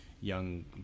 young